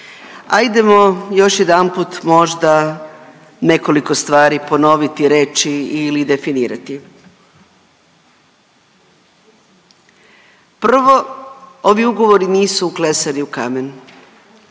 Ajdemo još jedanput možda nekoliko stvari ponoviti, reći ili definirati. Prvo, ovi ugovori nisu uklesani u kamen,